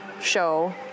show